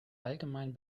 allgemein